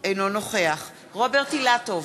אינו נוכח רוברט אילטוב,